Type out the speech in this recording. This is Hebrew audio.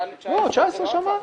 הורדה ל-19 זה לא --- לא, 19, שנה.